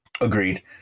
Agreed